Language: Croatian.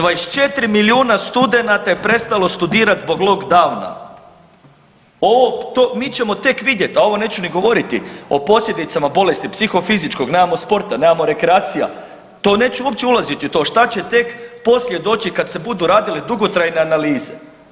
24 milijuna studenata je prestalo studirati zbog lockdown-a ovo, to mi ćemo tek vidjeti, a ovo neću ni govoriti o posljedicama bolesti psihofizičkog, nemamo sporta, nemao rekreacija, to neću uopće ulaziti u to šta će tek poslije doći kad se budu radile dugotrajne analize.